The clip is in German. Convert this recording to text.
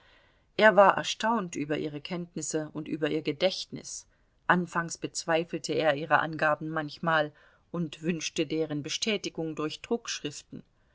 er war erstaunt über ihre kenntnisse und über ihr gedächtnis anfangs bezweifelte er ihre angaben manchmal und wünschte deren bestätigung durch